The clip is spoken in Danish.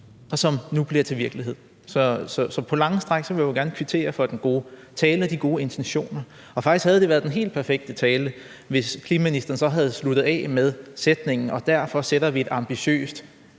og som nu bliver til virkelighed. Så på lange stræk vil jeg jo gerne kvittere for den gode tale og de gode intentioner, og faktisk havde det været den helt perfekte tale, hvis klima-, energi- og forsyningsministeren så havde sluttet af med sætningen: Og derfor sætter vi et ambitiøst